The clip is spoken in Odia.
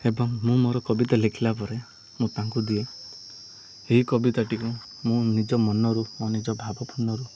ଏବଂ ମୁଁ ମୋର କବିତା ଲେଖିଲା ପରେ ମୁଁ ତାଙ୍କୁ ଦିଏ ଏହି କବିତାଟିକୁ ମୁଁ ନିଜ ମନରୁ ମୋ ନିଜ ଭାବପୂର୍ଣ୍ଣରୁ